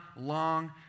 long